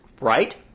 Right